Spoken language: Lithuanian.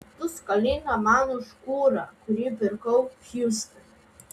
tu skolinga man už kurą kurį pirkau hjustone